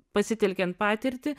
pasitelkiant patirtį